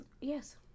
Yes